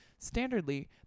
standardly